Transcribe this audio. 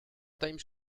time